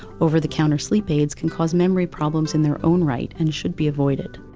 over the counter sleep aids can cause memory problems in their own right, and should be avoided.